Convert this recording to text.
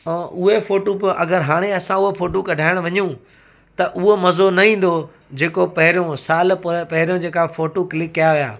ऐं उहे फोटूं प हाणे अगरि असां उहे फ़ोटूं कढाइणु वञूं त उहो मज़ो न ईंदो जेको पहिरियों सालु पोयां पहिरियों जेका फ़ोटूं क्लिक कयां हुआ